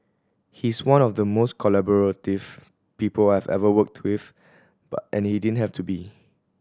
he's one of the most collaborative people I've ever worked with and he didn't have to be